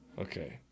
Okay